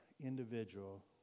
individual